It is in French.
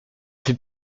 fait